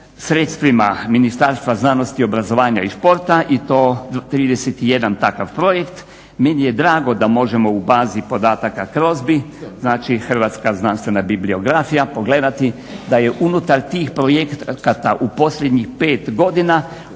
sredstvima Ministarstva znanosti, obrazovanja i športa i to 31 takav projekt. Meni je drago da možemo u bazi podataka CROSBY – znači Hrvatska znanstvena bibliografija, pogledati da je unutar tih projekata u posljednjih 5 godina ukupno